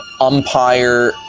umpire